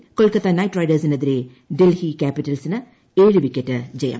എല്ലിൽ കൊൽക്കത്ത നൈറ്റ് റൈഡേഴ്സിനെതിരെ ഡൽഹി ക്യാപിറ്റൽസിന് ഏഴ് വിക്കറ്റ് ജയം